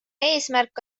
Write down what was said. eesmärk